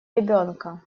ребёнка